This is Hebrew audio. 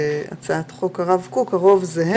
בהצעה של הרב קוק הרוב זהה